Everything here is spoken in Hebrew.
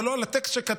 אבל לא על הטקסט שכתבת,